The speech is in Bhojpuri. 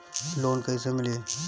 लोन कइसे मिली?